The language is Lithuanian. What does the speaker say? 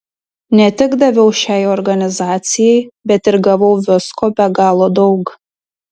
ne tik daviau šiai organizacijai bet ir gavau visko be galo daug